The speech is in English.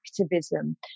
activism